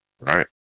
Right